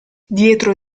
dietro